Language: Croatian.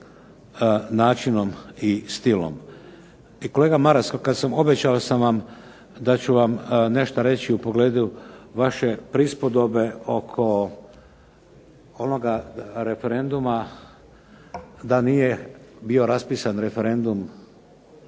načinom i stilom. I kolega Maras kad sam, obećao sam vam da ću vam nešto reći u pogledu vaše prispodobe oko onoga referenduma da nije bio raspisan referendum